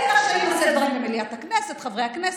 "אלה רשאים לשאת דברים במליאת הכנסת: חברי הכנסת,